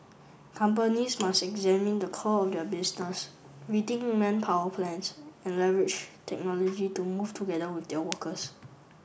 companies must examine the core of their business rethink manpower plans and leverage technology to move together with their workers